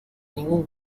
ningún